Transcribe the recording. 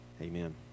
Amen